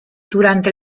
durante